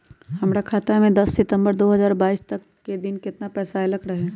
हमरा खाता में दस सितंबर दो हजार बाईस के दिन केतना पैसा अयलक रहे?